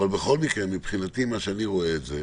אבל בכל מקרה מבחינתי כמו שאני רואה את זה,